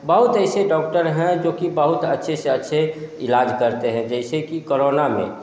बहुत ऐसे डॉक्टर हैं जो कि बहुत अच्छे से अच्छे इलाज़ करते हैं जैसे कि कोरोना में